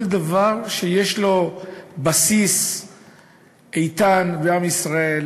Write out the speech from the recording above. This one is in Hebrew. כל דבר שיש לו בסיס איתן בעם ישראל,